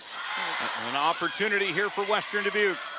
an opportunity here for western dubuque.